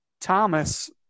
thomas